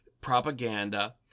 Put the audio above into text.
Propaganda